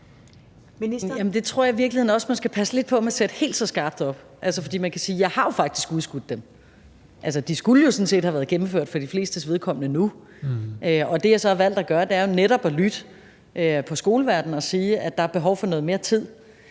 virkeligheden også man skal passe lidt på med at sætte helt så skarpt op, for man kan sige, at jeg jo faktisk har udskudt dem. Altså, de skulle jo sådan set havde været gennemført for de flestes vedkommende nu. Det, jeg så har valgt at gøre, er jo netop at lytte til skoleverden og sige, at der er behov for noget mere tid.